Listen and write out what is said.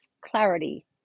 clarity